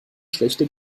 schlechte